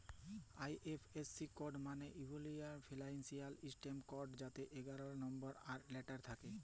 IFSC code মালে ইলডিয়াল financial system code যাতে এগারটা লম্বর আর লেটার থ্যাকে